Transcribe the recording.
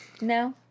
No